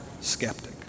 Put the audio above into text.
skeptic